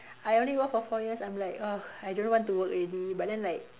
I only work for four years I'm like ugh I don't want to work already but then like